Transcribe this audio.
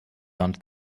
wand